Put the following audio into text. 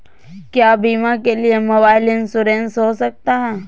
क्या बीमा के लिए मोबाइल इंश्योरेंस हो सकता है?